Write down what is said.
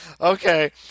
Okay